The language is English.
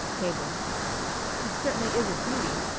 cable she certainly is a beauty.